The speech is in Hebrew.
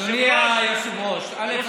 אדוני היושב-ראש, א.